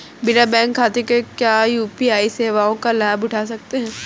बिना बैंक खाते के क्या यू.पी.आई सेवाओं का लाभ उठा सकते हैं?